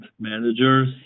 managers